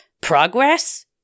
Progress